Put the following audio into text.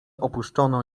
opuszczoną